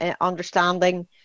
understanding